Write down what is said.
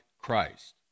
Christ